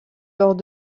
lors